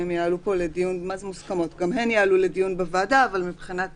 גם ההצעות המוסכמות יעלו לדיון בוועדה, אבל מבחינת